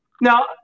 Now